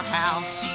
house